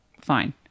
Fine